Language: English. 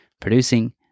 producing